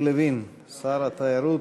כוותיק,